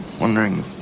wondering